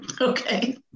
Okay